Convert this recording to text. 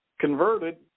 converted